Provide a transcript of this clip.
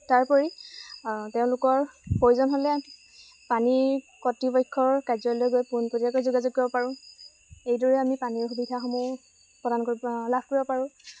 তাৰ উপৰি তেওঁলোকৰ প্ৰয়োজন হ'লে পানীৰ কৰ্তৃপক্ষৰ কাৰ্যালয়লৈ গৈ পোনপটীয়াকৈ যোগাযোগ কৰিব পাৰোঁ এইদৰে আমি পানীৰ সুবিধাসমূহ প্ৰদান কৰিব লাভ কৰিব পাৰোঁ